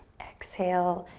exhale,